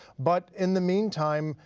but in the meantime,